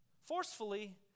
forcefully